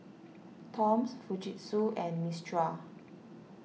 Toms Fujitsu and Mistral